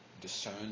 discern